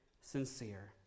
Sincere